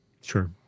Sure